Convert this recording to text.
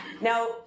Now